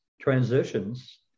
transitions